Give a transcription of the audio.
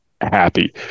happy